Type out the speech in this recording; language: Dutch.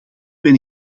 ben